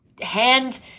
hand